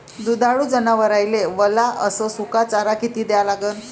दुधाळू जनावराइले वला अस सुका चारा किती द्या लागन?